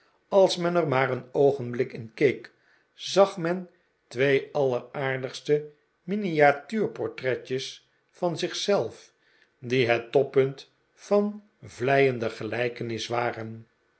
als men er maar een oogenblik in keek zag men twee alleraardigste miniatuurportretjes van zich zelf die het toppunt van vleiende gelijkenis waren